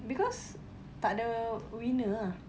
because takde winner ah